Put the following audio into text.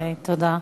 תודה.